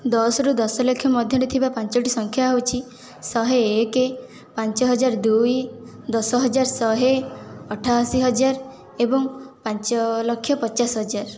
ଦଶ ରୁ ଦଶ ଲକ୍ଷ ମଧ୍ୟରେ ଥିବା ପାଞ୍ଚୋଟି ସଂଖ୍ୟା ହେଉଛି ଶହେ ଏକେ ପାଞ୍ଚ ହଜାର ଦୁଇ ଦଶ ହଜାର ଶହେ ଅଠାଅଶୀ ହଜାର ଏବଂ ପାଞ୍ଚ ଲକ୍ଷ ପଚାଶ ହଜାର